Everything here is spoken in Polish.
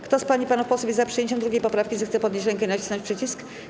Kto z pań i panów posłów jest za przyjęciem 2. poprawki, zechce podnieść rękę i nacisnąć przycisk.